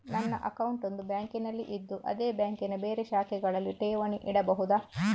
ನನ್ನ ಅಕೌಂಟ್ ಒಂದು ಬ್ಯಾಂಕಿನಲ್ಲಿ ಇದ್ದು ಅದೇ ಬ್ಯಾಂಕಿನ ಬೇರೆ ಶಾಖೆಗಳಲ್ಲಿ ಠೇವಣಿ ಇಡಬಹುದಾ?